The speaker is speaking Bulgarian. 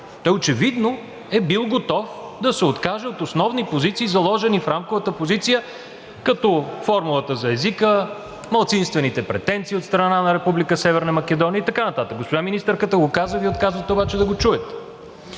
Очевидно е бил готов да се откаже от основни позиции, заложени в рамковата позиция, като формулата за езика, малцинствените претенции от страна на Република Северна Македония и така нататък – госпожа министърът го каза, Вие отказвате обаче да го чуете.